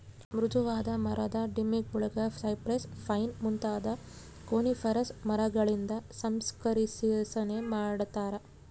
ಮೃದುವಾದ ಮರದ ದಿಮ್ಮಿಗುಳ್ನ ಸೈಪ್ರೆಸ್, ಪೈನ್ ಮುಂತಾದ ಕೋನಿಫೆರಸ್ ಮರಗಳಿಂದ ಸಂಸ್ಕರಿಸನೆ ಮಾಡತಾರ